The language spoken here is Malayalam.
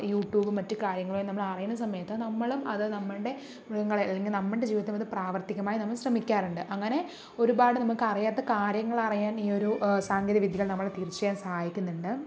യൂട്യൂബും മറ്റു കാര്യങ്ങളും നമ്മള് അറിയണ സമയത്ത് നമ്മളും അത് നമ്മളുടെ മൃഗങ്ങളെ അല്ലെങ്കിൽ നമ്മുടെ ജീവിതത്തിൽ അത് പ്രാവർത്തികമായി നമ്മൾ ശ്രമിക്കാറുണ്ട് അങ്ങനെ ഒരുപാട് നമുക്ക് അറിയാത്ത കാര്യങ്ങൾ അറിയാൻ ഈ ഒരു സാങ്കേതിക വിദ്യകൾ നമ്മളെ തീർച്ചയായും സഹായിക്കുന്നുണ്ട്